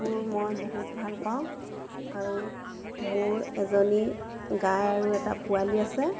বোৰ মই বহুত ভাল পাওঁ আৰু মোৰ এজনী গাই আৰু এটা পোৱালি আছে